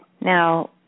Now